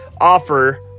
offer